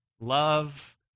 love